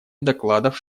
докладов